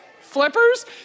Flippers